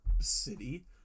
city